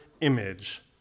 image